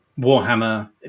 Warhammer